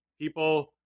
people